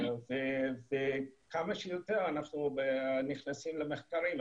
כמה שיותר אנחנו נכנסים למחקרים.